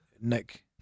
Nick